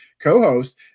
co-host